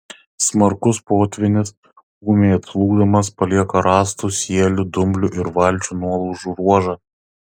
smarkus potvynis ūmiai atslūgdamas palieka rąstų sielių dumblių ir valčių nuolaužų ruožą